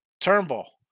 Turnbull